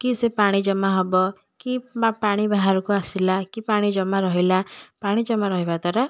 କି ସେ ପାଣି ଜମା ହେବ କି ବା ପାଣି ବାହାରକୁ ଆସିଲା କି ପାଣି ଜମା ରହିଲା ପାଣି ଜମା ରହିବା ଦ୍ୱାରା